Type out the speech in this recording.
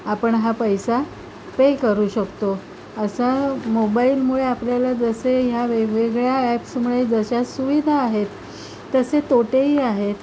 आपण हा पैसा पे करू शकतो असा मोबाईलमुळे आपल्याला जसे ह्या वेगवेगळ्या ॲप्समुळे जशा सुविधा आहेत तसे तोटेही आहेत